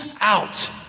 out